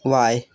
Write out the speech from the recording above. Y